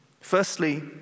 Firstly